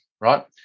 right